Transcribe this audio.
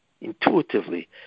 intuitively